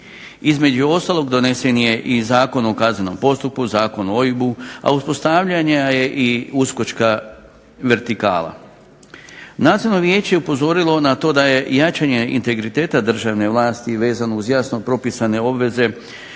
Između ostalog donesen je i Zakon o kaznenom postupku, Zakon o OIB-u, a uspostavljena je i uskočka vertikala. Nacionalno vijeće je upozorilo na to da je jačanje integriteta državne vlasti vezano uz jasno propisane obveze,